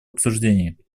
обсуждений